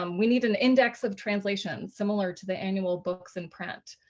um we need an index of translation similar to the annual books in print.